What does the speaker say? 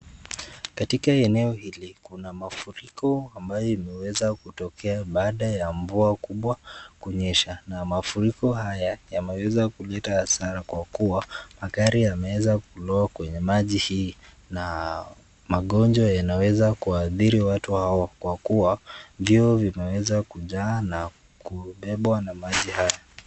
Katika eneo hili Kuna mafuriko ambayo imeweza kutokea baada ya mvua kubwa kunyesha na mafuriko haya yameweza kuleta hasara kwa kua magari yameweza kuloa kwenye maji hii na magonjwa yanaweza kuadhiri watu wao kwa kua vioo vimeweza kujaa na kubebwa na maji haya.